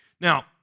Now